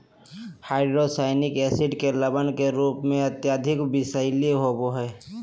hydrocyanic acid के लवण के रूप में अत्यधिक विषैला होव हई